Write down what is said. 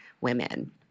women